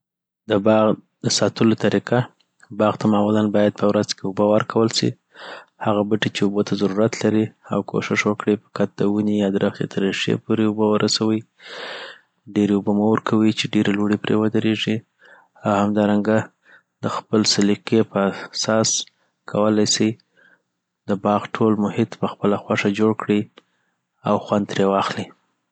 د باغ دساتلو طریقه باغ ته معمولا باید په ورځ کي اوبه ورکول سی هغه بټی چي اوبو ته ضرورت لری او کوښښ وکړي فقط د دونې یا (درختې) تر رېښې پوري اوبه ورسوي ډیری اوبه مه ورکوي چي ډیری لوړي پری ودریږي او همدارنګه دخپل د سلیقې په اساس کوالای سي .د باغ ټول محیط په خپله خوښه جوړ کړي او خوند تری واخلي